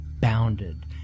bounded